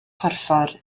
porffor